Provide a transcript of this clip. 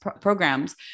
programs